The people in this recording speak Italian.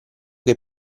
che